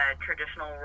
traditional